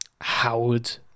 Howard